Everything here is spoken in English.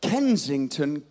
Kensington